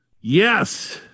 Yes